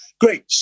Great